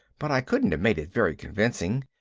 but i couldn't have made it very convincing,